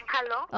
Hello